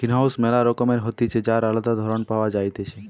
greenhouse ম্যালা রকমের হতিছে যার আলদা ধরণ পাওয়া যাইতেছে